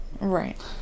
Right